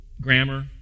grammar